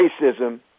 racism